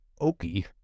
Okie